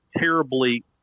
terribly